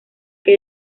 que